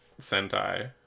sentai